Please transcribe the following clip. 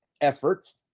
efforts